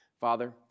Father